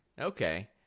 Okay